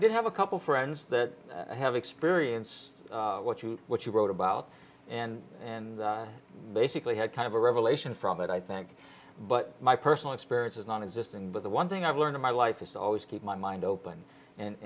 did have a couple friends that have experienced what you what you wrote about and and basically had kind of a revelation from it i think but my personal experience is non existing but the one thing i've learned in my life is always keep my mind open